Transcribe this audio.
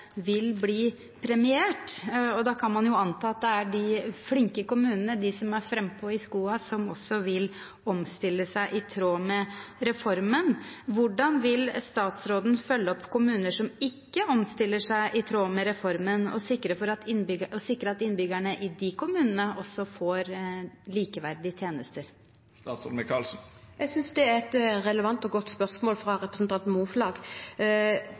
vil bli premiert, og da kan man jo anta at det er de flinke kommunene, de som er frampå i skoa, som også vil omstille seg i tråd med reformen. Hvordan vil statsråden følge opp kommuner som ikke omstiller seg i tråd med reformen, og sikre at innbyggerne i de kommunene også får likeverdige tjenester? Jeg synes det er et relevant og godt spørsmål fra representanten Moflag.